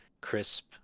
crisp